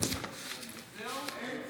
סיבוב שני,